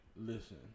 Listen